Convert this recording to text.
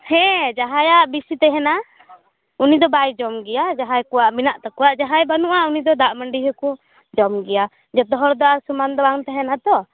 ᱦᱮᱸ ᱡᱟᱦᱟᱭᱟᱜ ᱵᱮᱥᱤ ᱛᱟᱦᱮᱱᱟ ᱩᱱᱤ ᱫᱚ ᱵᱟᱭ ᱡᱚᱢ ᱜᱮᱭᱟ ᱡᱟᱦᱟᱸᱭ ᱠᱚᱭᱟᱜ ᱢᱮᱱᱟᱜ ᱛᱟᱠᱚᱭᱟ ᱡᱟᱦᱟᱸᱭ ᱵᱟᱹᱱᱩᱜᱼᱟ ᱩᱱᱤᱫᱚ ᱫᱟᱜ ᱢᱟᱱᱰᱤ ᱜᱮᱠᱚ ᱡᱚᱢ ᱜᱮᱭᱟ ᱡᱚᱛᱚᱦᱚᱲ ᱫᱚ ᱟᱨ ᱥᱚᱢᱟᱱ ᱫᱚ ᱵᱟᱝ ᱛᱟᱦᱮᱱᱟ ᱛᱚ